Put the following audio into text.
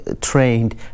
trained